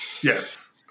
Yes